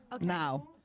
Now